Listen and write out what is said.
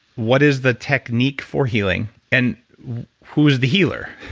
what is the technique for healing, and who is the healer?